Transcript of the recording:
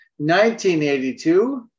1982